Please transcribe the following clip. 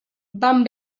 van